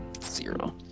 zero